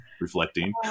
reflecting